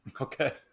Okay